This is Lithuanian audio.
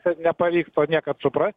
nepavyks to niekad suprasti